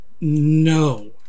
no